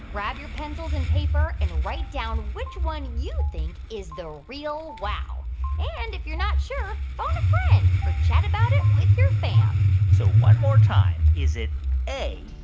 grab your pencils and paper and write down which one you think is the real wow and if you're not sure, phone friend. or chat about it with your fam so one more time, is it a,